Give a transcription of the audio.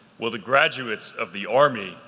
will the graduates of the army,